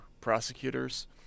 prosecutors